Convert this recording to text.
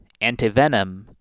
antivenom